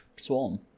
Swarm